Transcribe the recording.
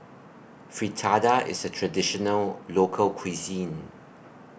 Fritada IS A Traditional Local Cuisine